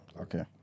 Okay